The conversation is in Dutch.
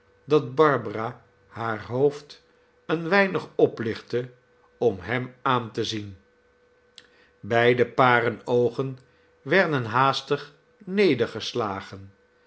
dat barbara haar hoofd een weinig oplichtte om hem aan te zien beide paren oogen werden haastig